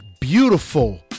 beautiful